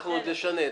אנחנו עוד נשנה.